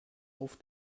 auf